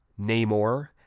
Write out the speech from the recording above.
Namor